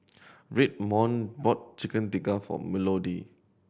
Redmond bought Chicken Tikka for Melodee